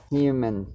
human